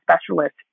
specialist